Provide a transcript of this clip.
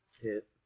Hit